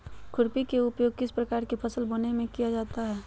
खुरपी का उपयोग किस प्रकार के फसल बोने में किया जाता है?